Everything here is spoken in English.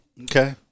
Okay